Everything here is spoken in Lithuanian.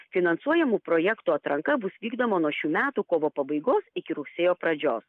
finansuojamų projektų atranka bus vykdoma nuo šių metų kovo pabaigos iki rugsėjo pradžios